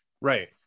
Right